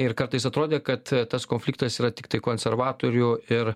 ir kartais atrodė kad tas konfliktas yra tiktai konservatorių ir